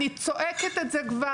אני צועקת את זה כבר,